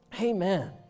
Amen